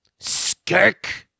Skirk